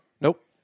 Nope